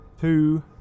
two